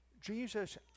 Jesus